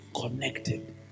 connected